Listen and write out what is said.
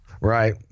right